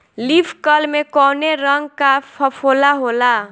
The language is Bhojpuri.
लीफ कल में कौने रंग का फफोला होला?